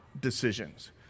decisions